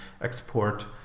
export